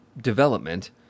development